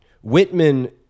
Whitman